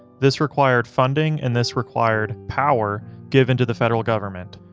this required funding and this required power given to the federal government.